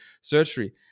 surgery